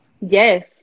yes